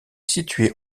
situé